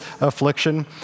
affliction